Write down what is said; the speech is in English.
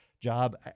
job